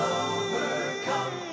overcome